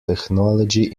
technology